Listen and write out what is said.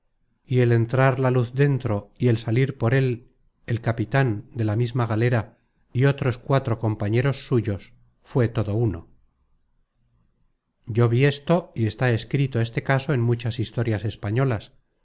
y el entrar la luz dentro y el salir por él el capitan de la misma galera y otros cuatro compañeros suyos fué todo uno yo vi esto y está escrito este caso en muchas historias españolas